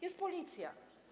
Jest policja.